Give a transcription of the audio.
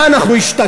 מה, אנחנו השתגענו?